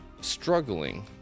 struggling